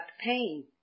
pain